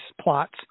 plots